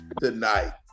tonight